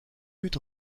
lutte